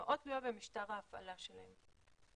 מאוד תלויה במשטר ההפעלה שלהם.